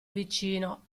vicino